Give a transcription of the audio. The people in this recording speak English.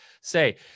say